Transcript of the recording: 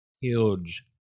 huge